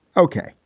ok,